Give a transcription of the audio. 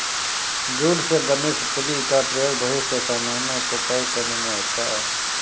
jute से बने सुतली का प्रयोग बहुत से सामानों को पैक करने में होता है